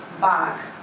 back